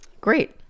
Great